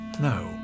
No